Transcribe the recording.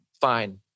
fine